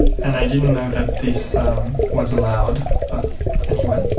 and i didn't know that this was allowed but anyway,